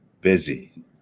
busy